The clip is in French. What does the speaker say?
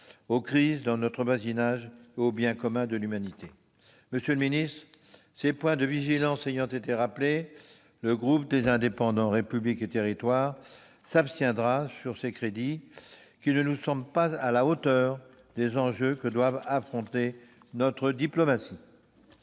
aux crises dans notre voisinage et aux biens communs de l'humanité. Monsieur le ministre, ces points de vigilance ayant été rappelés, le groupe Les Indépendants-République et Territoires s'abstiendra sur ces crédits qui ne nous semblent pas à la hauteur des enjeux que doit affronter notre diplomatie.